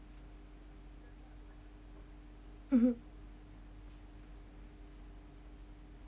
mmhmm